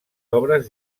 obres